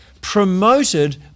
promoted